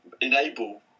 enable